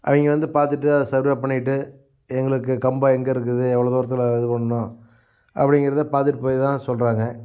அவங்க வந்து பார்த்துட்டு அதை சர்வே பண்ணிட்டு எங்களுக்குக் கம்பம் எங்கே இருக்குது எவ்வளோ தூரத்தில் இது பண்ணணும் அப்படிங்கிற பார்த்துட்டுப் போய் தான் சொல்கிறாங்க